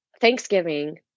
Thanksgiving